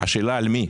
השאלה למי.